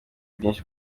byinshi